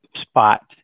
spot